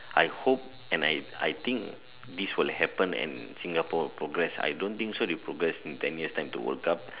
I hope and I I think this will happen and Singapore progress I don't think so they will progress in ten year's time to world cup